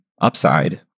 Upside